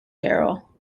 darryl